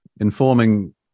informing